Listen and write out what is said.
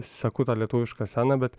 seku tą lietuvišką sceną bet